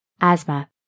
Asthma